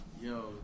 Yo